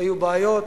היו בעיות,